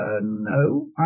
No